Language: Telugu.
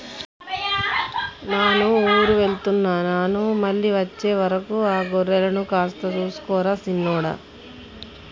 నాను ఊరు వెళ్తున్న నాను మళ్ళీ అచ్చే వరకు ఆ గొర్రెలను కాస్త సూసుకో రా సిన్నోడా